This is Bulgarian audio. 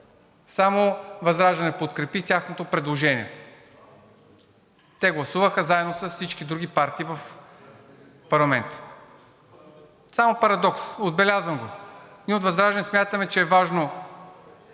Само ВЪЗРАЖДАНЕ подкрепи тяхното предложение. Те гласуваха заедно с всички други партии в парламента. Само парадокс – отбелязвам го. Ние от ВЪЗРАЖДАНЕ смятаме, че е важно,